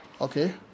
Okay